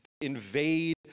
invade